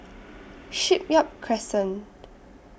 Shipyard Crescent